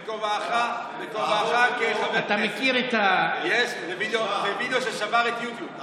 דבר בכובעך כחבר כנסת, זה וידיאו ששבר את יוטיוב.